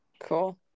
Cool